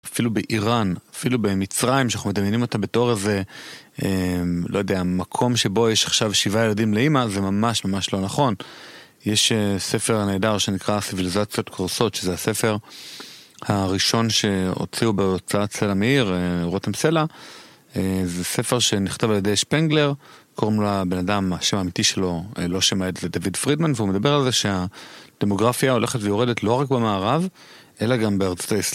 אפילו באיראן, אפילו במצרים, שאנחנו מדמיינים אותה בתור איזה, לא יודע, מקום שבו יש עכשיו שבעה ילדים לאימא, זה ממש ממש לא נכון. יש ספר נהדר שנקרא סיביליזציות קורסות, שזה הספר הראשון שהוציאו בהוצאת סלע מאיר, רותם סלע. זה ספר שנכתב על ידי שפנגלר, קוראים לו, הבן אדם, השם האמיתי שלו, לא שם העת, זה דוד פרידמן, והוא מדבר על זה שהדמוגרפיה הולכת ויורדת לא רק במערב, אלא גם בארצות הישראל.